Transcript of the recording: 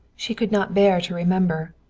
she could not bear to remember.